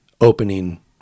opening